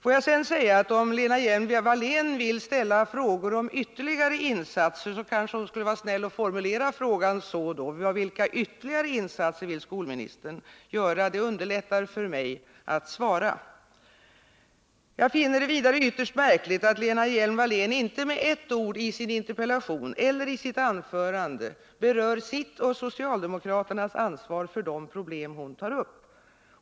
Om Lena Hjelm-Wallén vill fråga om ytterligare insatser, kanske hon skulle vilja vara snäll att formulera frågan: Vilka ytterligare insatser vill skolministern göra? Det underlättar för mig att svara. Vidare finner jag det ytterst märkligt att Lena Hjelm-Wallén inte med ett ord i sin interpellation eller i sitt anförande berör sitt och socialdemokraternas ansvar för de problem hon tar upp.